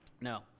No